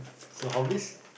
so hobbies